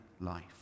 life